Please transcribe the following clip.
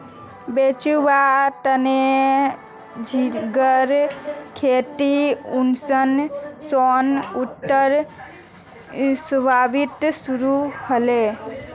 बेचुवार तने झिंगार खेती उन्नीस सौ सत्तर इसवीत शुरू हले